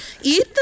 eat